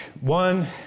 One